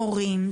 הורים,